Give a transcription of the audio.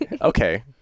Okay